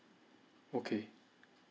okay